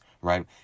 right